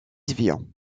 vian